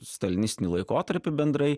stalinistinį laikotarpį bendrai